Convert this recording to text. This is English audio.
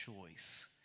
choice